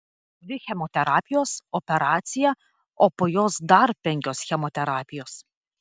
dvi chemoterapijos operacija o po jos dar penkios chemoterapijos